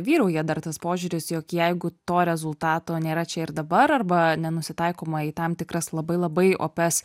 vyrauja dar tas požiūris jog jeigu to rezultato nėra čia ir dabar arba nenusitaikoma į tam tikras labai labai opias